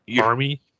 army